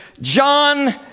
John